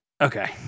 Okay